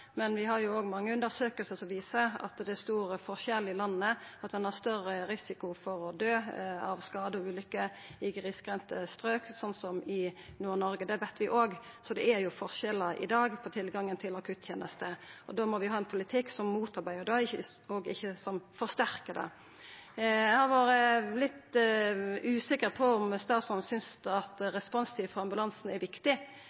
men vi har òg mange undersøkingar som viser at det er store forskjellar i landet, og at ein har større risiko for å dø av skade og ulykke i grisgrendte strøk, som i Nord-Noreg. Det veit vi, så det er forskjellar i dag i tilgangen til akuttenester. Da må vi òg ha ein politikk som motarbeider det, og ikkje som forsterkar det. Eg har vore litt usikker på om statsråden synest at responstid for ambulansen er viktig,